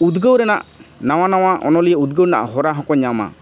ᱩᱫᱽᱜᱟᱹᱣ ᱨᱮᱱᱟᱜ ᱱᱟᱣᱟ ᱱᱟᱣᱟ ᱚᱱᱚᱞᱤᱭᱟᱹ ᱩᱫᱽᱜᱟᱹᱣ ᱨᱮᱱᱟᱜ ᱦᱚᱨᱟ ᱦᱚᱸᱠᱚ ᱧᱟᱢᱟ